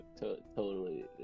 totally-